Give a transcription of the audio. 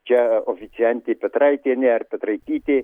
čia oficiantė petraitienė ar petraitytė